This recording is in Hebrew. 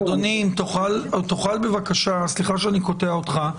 אדוני, סליחה שאני קוטע אותך.